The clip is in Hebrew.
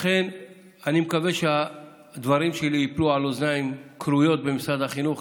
לכן אני מקווה שהדברים שלי ייפלו על אוזניים כרויות במשרד החינוך,